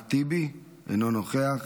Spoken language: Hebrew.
אחמד טיבי, אינו נוכח,